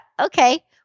okay